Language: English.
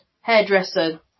hairdresser